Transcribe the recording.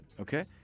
Okay